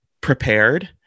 prepared